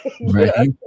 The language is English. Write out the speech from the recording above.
Right